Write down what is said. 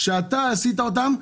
שאתה עשית אותן.